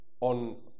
on